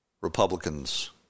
Republicans